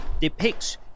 depicts